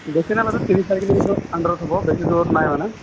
বেছি নালাগে তিনি চাৰি কিলোমিটাৰৰ আণ্ডাৰত হ'ব বেছি দূৰত নাই মানে